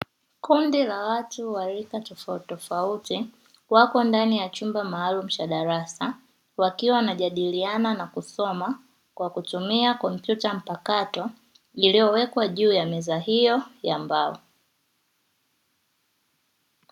Kundi la watu wa rika tofauti tofauti wako ndani ya chumba maaulumu cha darasa, wakiwa wanajadilianana kusoma kompyuta mpakato iliowekwa juu ya meza hio ya mbao.